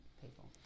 people